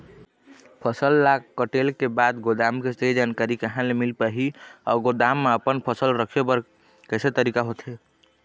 फसल ला कटेल के बाद गोदाम के सही जानकारी कहा ले मील पाही अउ गोदाम मा अपन फसल रखे बर कैसे तरीका होथे?